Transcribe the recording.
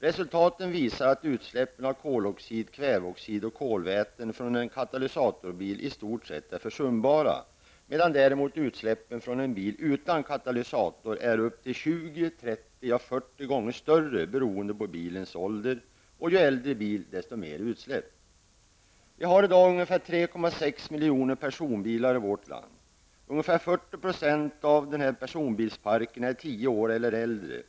Resultatet visar att utsläppen av koloxid, kväveoxid och kolväten från en katalysatorbil i stort sett är försumbara, medan däremot utsläppen från en bil utan katalysator är 20, 30 och 40 gånger större, beroende på bilens ålder. Ju äldre bil desto mer utsläpp. Vi har i dag ungefär 3,6 miljoner personbilar i vårt land. Ungefär 40 % av denna personbilspark är tio år eller äldre.